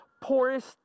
poorest